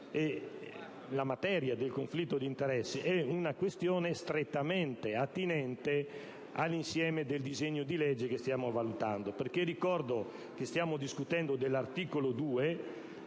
la materia del conflitto di interessi è una questione strettamente attinente all'insieme del disegno di legge che stiamo valutando. Ricordo che stiamo discutendo dell'articolo 2